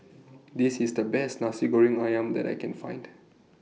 This IS The Best Nasi Goreng Ayam that I Can Find